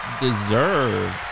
deserved